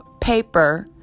paper